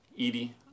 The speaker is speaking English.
Edie